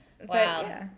wow